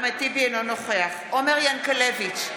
אינו נוכח עומר ינקלביץ'